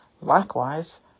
Likewise